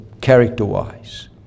character-wise